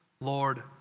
Lord